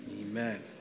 Amen